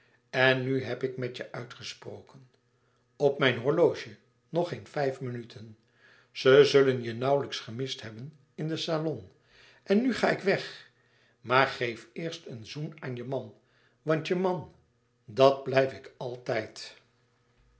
en nu heb ik met je e ids aargang p mijn horloge nog geen vijf minuten ze zullen je nauwlijks gemist hebben in den salon en nu ga ik weg maar geef eerst een zoen aan je man want je man dat blijf ik altijd